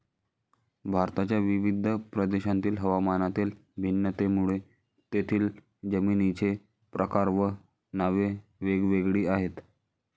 भारताच्या विविध प्रदेशांतील हवामानातील भिन्नतेमुळे तेथील जमिनींचे प्रकार व नावे वेगवेगळी आहेत